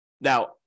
Now